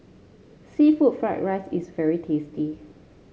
seafood Fried Rice is very tasty